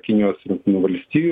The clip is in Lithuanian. kinijos ir jungtinių valstijų